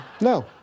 No